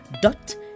dot